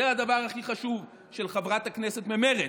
זה הדבר הכי חשוב של חברת הכנסת ממרצ,